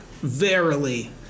Verily